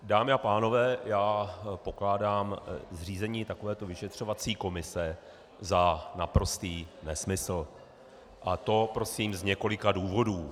Dámy a pánové, já pokládám zřízení takovéto vyšetřovací komise za naprostý nesmysl, a to prosím z několika důvodů...